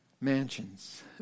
Mansions